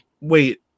wait